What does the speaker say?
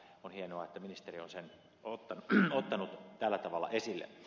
on hienoa että ministeri on sen ottanut tällä tavalla esille